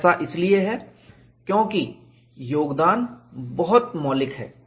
ऐसा इसलिए है क्योंकि योगदान बहुत मौलिक है